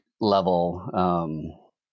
level